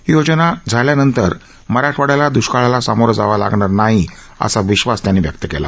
ही योजना झाल्यानंतर मराठवाइयाला द्रष्काळाला सामोरं जावं लागणार नाही असा विश्वास त्यांनी व्यक्त केला